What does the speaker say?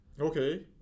Okay